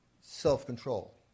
self-control